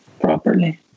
properly